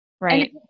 Right